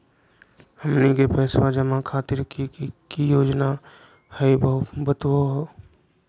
हमनी के पैसवा जमा खातीर की की योजना हई बतहु हो?